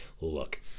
look